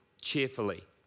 cheerfully